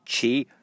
Chi